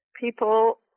people